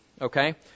Okay